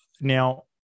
now